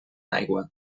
aigua